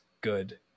good